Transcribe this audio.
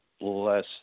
less